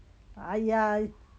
!aiya!